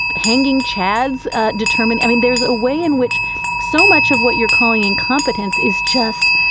hanging chads determined. i mean, there's a way in which so much of what you're calling incompetence is chest.